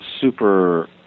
super